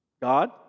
God